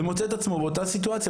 והוא מוצא את עצמו באותה סיטואציה,